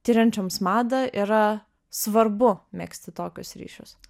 tiriančioms mada yra svarbu megzti tokius ryšius